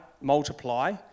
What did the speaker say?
multiply